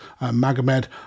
Magomed